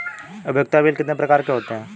उपयोगिता बिल कितने प्रकार के होते हैं?